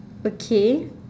okay